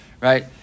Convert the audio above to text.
right